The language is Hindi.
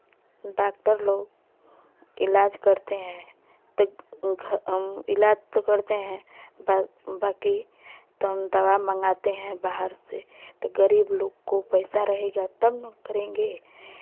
डॉक्टर लोग इलाज करते हैं तो ओ घर हम इलाज तो करते हैं बा बांकी तो हम दवा मंगाते हैं बाहर से तो गरीब लोग को पैसा रहेगा तब ना करेंगे